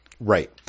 Right